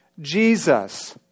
Jesus